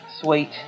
sweet